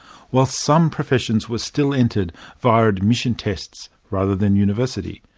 while some professions were still entered via admissions tests rather than universities.